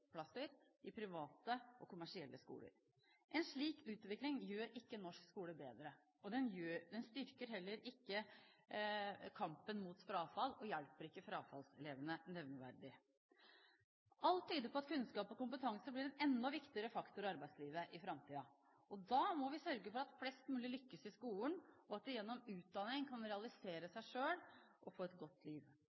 elevplasser i private og kommersielle skoler. En slik utvikling gjør ikke norsk skole bedre. Den styrker heller ikke kampen mot frafall eller hjelper frafallselevene nevneverdig. Alt tyder på at kunnskap og kompetanse blir en enda viktigere faktor i arbeidslivet i framtiden, og da må vi sørge for at flest mulig lykkes i skolen, og at de gjennom utdanning kan realisere seg selv og få et godt liv.